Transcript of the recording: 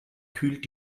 kühlt